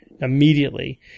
immediately